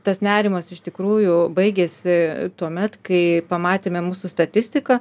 tas nerimas iš tikrųjų baigėsi tuomet kai pamatėme mūsų statistiką